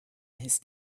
his